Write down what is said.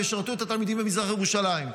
וישרתו את התלמידים במזרח ירושלים.